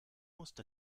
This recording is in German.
musste